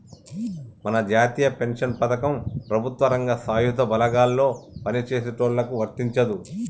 మన జాతీయ పెన్షన్ పథకం ప్రభుత్వ రంగం సాయుధ బలగాల్లో పని చేసేటోళ్ళకి వర్తించదు